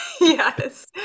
Yes